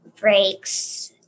breaks